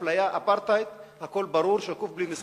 אפליה, אפרטהייד, הכול ברור, שקוף, בלי משחקים.